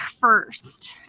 first